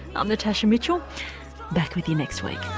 i'm natasha mitchell back with you next week